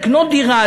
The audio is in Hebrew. לקנות דירה,